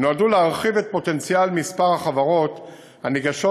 נועדו להרחיב את פוטנציאל מספר החברות הניגשות